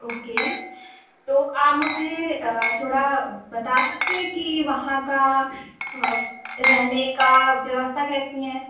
okay तो आप मुझे थोड़ा बता सकते हैं कि वहाँ का रहने का व्यवस्था कैसी है